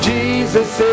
Jesus